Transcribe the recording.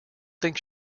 think